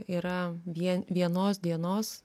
yra vien vienos dienos